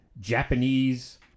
Japanese